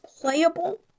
playable